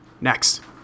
Next